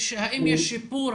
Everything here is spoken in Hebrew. האם יש שיפור,